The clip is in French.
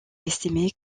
estimé